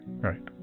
Right